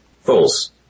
False